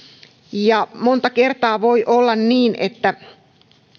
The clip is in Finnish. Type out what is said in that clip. ja monta kertaa voi olla niin että